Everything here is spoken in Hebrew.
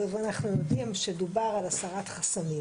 ואנחנו יודעים שדובר על הסרת חסמים